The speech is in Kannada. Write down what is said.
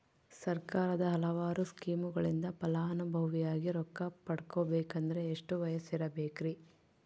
ಸರ್ಕಾರದ ಹಲವಾರು ಸ್ಕೇಮುಗಳಿಂದ ಫಲಾನುಭವಿಯಾಗಿ ರೊಕ್ಕ ಪಡಕೊಬೇಕಂದರೆ ಎಷ್ಟು ವಯಸ್ಸಿರಬೇಕ್ರಿ?